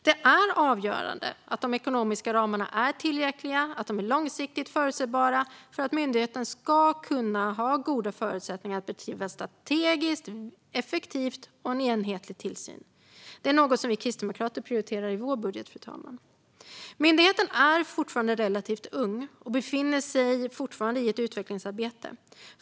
Det är avgörande att de ekonomiska ramarna är tillräckliga och långsiktigt förutsägbara för att myndigheten ska ha goda förutsättningar att bedriva en strategisk, effektiv och enhetlig tillsyn. Detta är något vi kristdemokrater prioriterar i vår budget, fru talman. Myndigheten är fortfarande relativt ung och befinner sig i ett utvecklingsarbete.